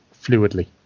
fluidly